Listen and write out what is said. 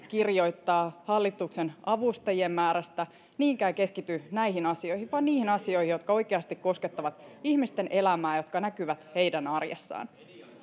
kirjoittaa hallituksen avustajien määrästä niinkään keskity näihin asioihin vaan niihin asioihin jotka oikeasti koskettavat ihmisten elämää jotka näkyvät heidän arjessaan